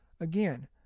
again